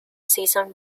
season